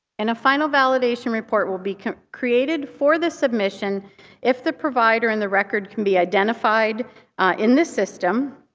and a final validation report will be created for the submission if the provider and the record can be identified in the system.